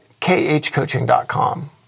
khcoaching.com